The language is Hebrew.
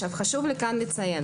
חשוב לציין,